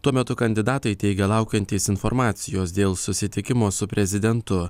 tuo metu kandidatai teigia laukiantys informacijos dėl susitikimo su prezidentu